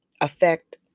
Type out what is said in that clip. affect